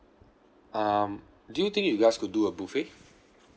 um do you think you guys could do a buffet